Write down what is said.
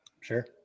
Sure